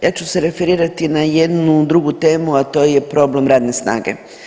Ja ću se referirati na jednu drugu temu, a to je problem radne snage.